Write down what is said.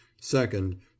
second